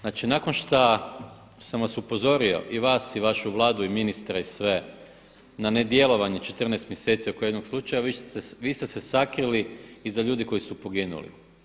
Znači nakon šta sam vas upozorio i vas i vašu Vladu i ministre i sve na nedjelovanje 14 mjeseci oko jednog slučaja vi ste se sakrili iza ljudi koji su poginuli.